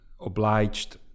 obliged